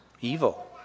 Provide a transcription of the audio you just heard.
evil